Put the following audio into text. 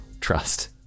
trust